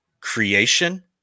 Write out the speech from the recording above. creation